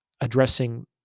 addressing